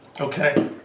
okay